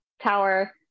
tower